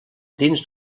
dins